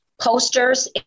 posters